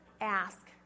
ask